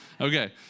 Okay